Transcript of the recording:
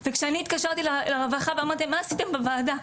וכשאני התקשרתי לרווחה ואמרתי 'מה עשיתם בוועדה?